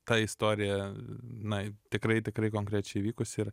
ta istorija na tikrai tikrai konkrečiai vykus ir